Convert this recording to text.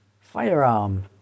Firearm